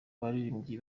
baririmbyi